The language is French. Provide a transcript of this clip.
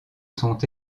sont